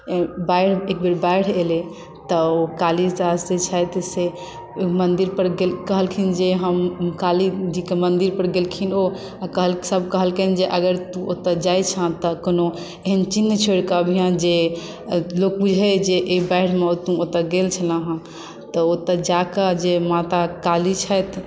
बाढ़ि एकबेर बाढ़ि एलै तऽ ओ कालिदास जे छथि से मन्दिर पर गेलखिन कहलखिन जे ओ सभ कहलकनि जे अगर तू ओतय जाइत छऽ तऽ एहन कोनो चिन्ह छोड़िकऽ अबिहँ जे लोक बुझै जे ई बाढ़िमे ओतय गेल छलए हँ तऽ ओतऽ जाकऽ जे माता काली छथि